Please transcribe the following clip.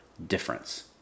difference